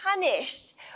punished